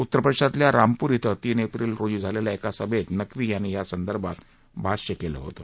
उत्तरप्रदेशातल्या रामपूर ॐ तीन एप्रिल रोजी झालेल्या एका सभेत नक्वी यांनी या संदर्भात भाष्य केलं होतं